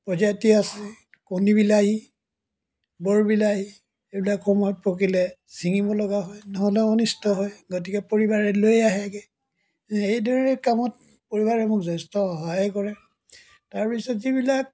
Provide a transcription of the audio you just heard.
প্ৰজাতি আছে কণী বিলাহী বৰ বিলাহী এইবিলাক সময়ত পকিলে ছিঙিব লগা হয় নহ'লে অনিষ্ট হয় গতিকে পৰিবাবে লৈ আহেগৈ এইদৰে কামত পৰিবাৰে মোক যথেষ্ট সহায় কৰে তাৰপাছত যিবিলাক